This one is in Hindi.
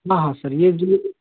हाँ हाँ सर ये जो